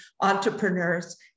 entrepreneurs